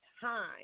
time